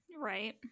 right